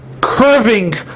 curving